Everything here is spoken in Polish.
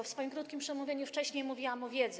W swoim krótkim przemówieniu wcześniej mówiłam o wiedzy.